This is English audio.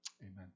Amen